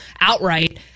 outright